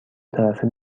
طرفه